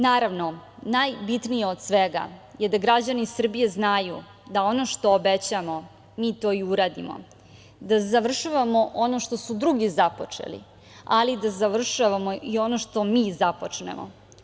Naravno, najbitnije od svega je da građani Srbije znaju da ono što obećamo, mi to i uradimo, da završavamo ono što su drugi započeli, ali da završavamo i ono što mi započnemo.